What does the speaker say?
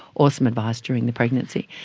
or some advice during the pregnancy.